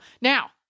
Now